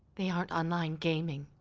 they aren't online gaming.